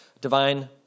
Divine